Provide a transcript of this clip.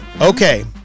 Okay